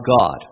God